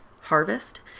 harvest